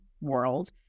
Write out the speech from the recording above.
world